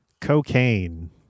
cocaine